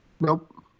Nope